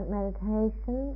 meditation